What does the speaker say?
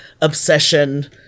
obsession